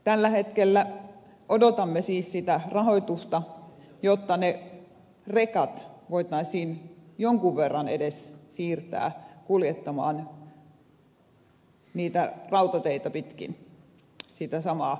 tällä hetkellä odotamme siis rahoitusta siihen että niitä rekkoja voitaisiin jonkun verran edes siirtää hoitamaan sitä samaa logistiikkaa rautateitä pitkin